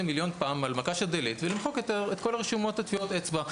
מיליון פעם על מקש ה-delete וימחק את כל הרשומות של טביעות האצבע.